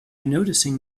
noticing